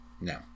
No